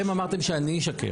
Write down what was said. אתם אמרתם שאני אשקר,